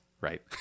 right